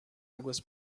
águas